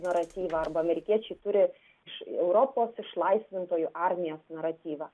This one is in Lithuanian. naratyvą arba amerikiečiai turi iš europos išlaisvintojų armijos naratyvą